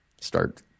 start